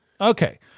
Okay